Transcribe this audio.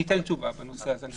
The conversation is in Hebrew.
אנחנו ניתן תשובה בנושא הזה.